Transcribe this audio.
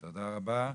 תודה רבה.